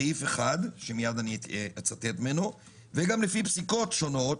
סעיף 1, וגם לפי פסיקות שונות,